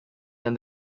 than